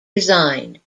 resigned